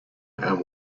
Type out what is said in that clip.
and